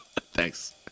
Thanks